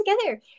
together